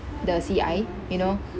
the C_I you know